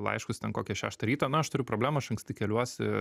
laiškus ten kokią šeštą rytą na aš turiu problemą aš anksti keliuosi